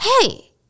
hey